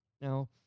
Now